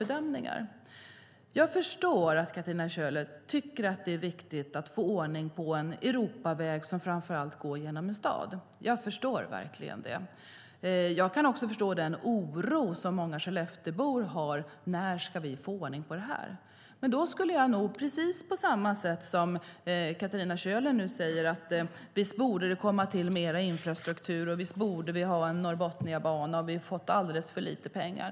Jag förstår verkligen att Katarina Köhler tycker att det är viktigt att få ordning på en Europaväg som går igenom en stad. Jag kan också förstå den oro som många skelleftebor har: När ska vi få ordning på det här? Katarina Köhler säger: Visst borde det komma till mer infrastruktur, visst borde vi ha en Norrbotniabana, och vi har fått alldeles för lite pengar.